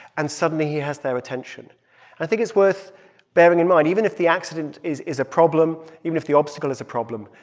and suddenly, he has their attention i think it's worth bearing in mind even if the accident is is a problem, even if the obstacle is a problem,